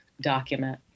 document